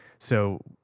so,